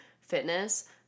fitness